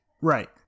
right